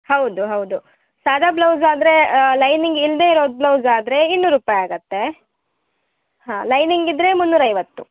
ಹೌದು ಹೌದು ಸಾದಾ ಬ್ಲೌಸ್ ಆದರೆ ಲೈನಿಂಗ್ ಇಲ್ಲದೆ ಇರೊ ಬ್ಲೌಸ್ ಆದರೆ ಇನ್ನೂರು ರೂಪಾಯಿ ಆಗುತ್ತೆ ಹಾಂ ಲೈನಿಂಗ್ ಇದ್ದರೆ ಮುನ್ನೂರು ಐವತ್ತು